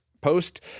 post